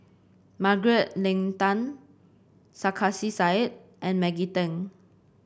Margaret Leng Tan Sarkasi Said and Maggie Teng